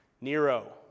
Nero